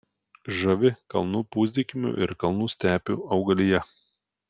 žavi kalnų pusdykumių ir kalnų stepių augalija